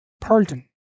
pardon